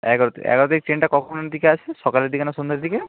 এগারো তারিখ এগারো তারিখ ট্রেনটা কখন দিকে আছে সকালের দিকে না সন্ধের দিকে